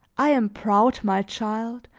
i am proud, my child,